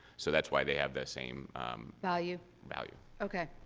so that's why they have the same value. value, okay.